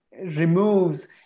removes